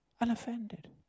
unoffended